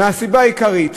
מהסיבה העיקרית